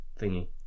thingy